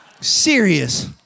Serious